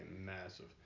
massive